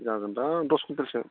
जागोनदां दस कुइन्टेलसो